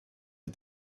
are